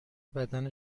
بدن